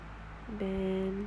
then